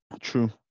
True